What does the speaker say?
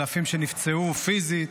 אלפים שנפצעו פיזית,